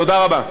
תודה רבה.